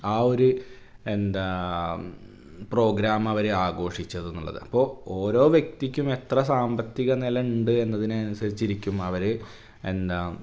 ആ ഒരു എന്താ പ്രോഗ്രാമവർ ആഘോഷിച്ചതെന്നുള്ളത് അപ്പോൾ ഓരോ വ്യക്തിക്കും എത്ര സാമ്പത്തിക നില ഉണ്ട് എന്നതിനെ അനുസരിച്ചിരിക്കും അവർ എന്താ